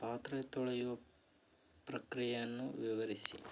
ಪಾತ್ರೆ ತೊಳೆಯೋ ಪ್ರಕ್ರಿಯೆಯನ್ನು ವಿವರಿಸಿ